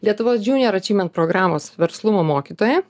lietuvos junior achievement programos verslumo mokytoja